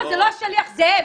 לא, זה לא השליח, זה הם.